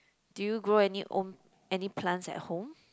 do you grow any own any plants at home